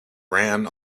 ran